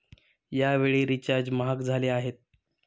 यावेळी रिचार्ज महाग झाले आहेत